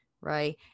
right